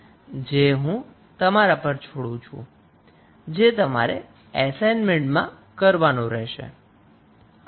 જે હું તમારા પર છોડું છું જે તમારે એસાઈનમેન્ટ મા કરવાનું રહેશે